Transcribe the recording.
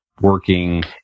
working